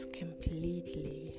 completely